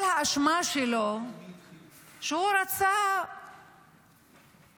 כל האשמה שלו שהוא רצה קצת